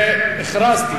והכרזתי,